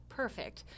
perfect